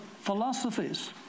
philosophies